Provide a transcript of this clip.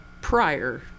prior